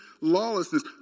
lawlessness